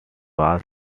was